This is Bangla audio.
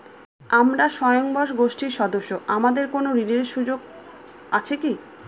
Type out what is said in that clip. আমরা স্বয়ম্ভর গোষ্ঠীর সদস্য আমাদের কোন ঋণের সুযোগ আছে কি?